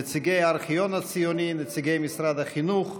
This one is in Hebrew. נציגי הארכיון הציוני, נציגי משרד החינוך,